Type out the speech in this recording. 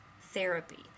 therapy